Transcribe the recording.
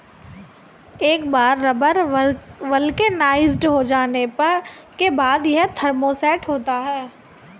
एक बार rubber vulcanised हो जाने के बाद, यह थर्मोसेट होता है